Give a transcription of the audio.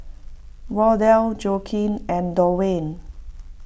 Wardell Joaquin and Dwayne